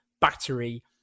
battery